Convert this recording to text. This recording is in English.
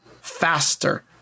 faster